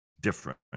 different